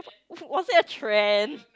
was that a trend